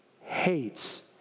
hates